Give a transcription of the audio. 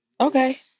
Okay